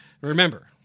Remember